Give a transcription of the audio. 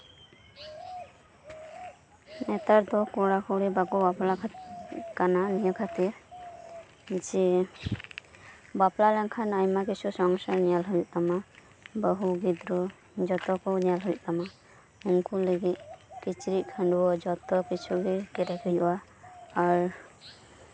ᱱᱮᱛᱟᱨ ᱫᱚ ᱠᱚᱲᱟ ᱠᱩᱲᱤ ᱵᱟᱠᱚ ᱵᱟᱯᱞᱟᱜ ᱠᱟᱱᱟ ᱱᱤᱭᱟᱹ ᱠᱷᱟᱹᱛᱤᱨ ᱡᱮ ᱵᱟᱯᱞᱟ ᱞᱮᱱᱠᱷᱟᱱ ᱟᱭᱢᱟ ᱠᱤᱪᱷᱩ ᱥᱚᱝᱥᱟᱨ ᱧᱮᱞ ᱦᱩᱭᱩᱜ ᱛᱟᱢᱟ ᱵᱟᱹᱦᱩ ᱜᱤᱫᱽᱨᱟᱹ ᱡᱚᱛᱚ ᱠᱚ ᱧᱮᱞ ᱦᱩᱭᱩᱜ ᱛᱟᱢᱟ ᱩᱱᱠᱩ ᱞᱟᱹᱜᱤᱫ ᱠᱤᱪᱨᱤᱡ ᱠᱷᱟᱺᱰᱣᱟᱹᱜ ᱡᱚᱛᱚ ᱠᱤᱪᱷᱩ ᱜᱮ ᱠᱤᱨᱤᱧ ᱦᱩᱭᱩᱜᱼᱟ ᱟᱨ